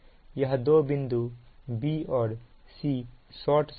यह दो बिंदु b और c शॉर्ट सर्किट है